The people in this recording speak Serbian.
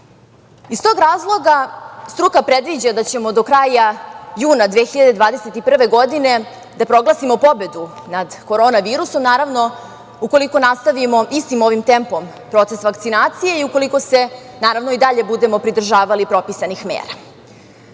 Iz tog razloga, struka predviđa da ćemo do kraja juna 2021. godine da proglasimo pobedu nad korona virusom, naravno, ukoliko nastavimo istim ovim tempom proces vakcinacije i ukoliko se i dalje budemo pridržavali propisanih mera. Pre